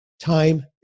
time